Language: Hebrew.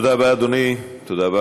תודה, אדוני היושב-ראש,